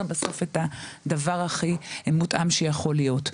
בסוף את הדבר הכי מותאם שיכול להיות.